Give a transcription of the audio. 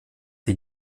die